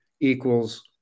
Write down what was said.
equals